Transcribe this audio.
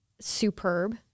superb